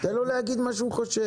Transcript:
תן לו להגיד מה שהוא חושב.